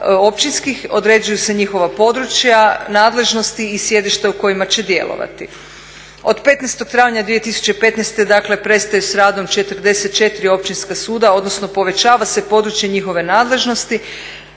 općinskih, određuju se njihova područja, nadležnosti i sjedišta u kojima će djelovati. Od 15. travnja 2015. dakle prestaju s radom 44 općinska suda, odnosno povećava se područje njihove nadležnosti.